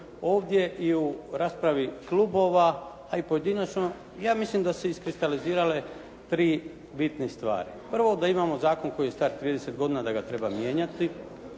Ovdje i u raspravi klubova a i pojedinačno ja mislim da su se iskristalizirale tri bitne stvari. Prvo da imamo zakon koji je star 30 godina i da ga treba mijenjati.